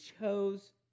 chose